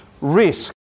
risk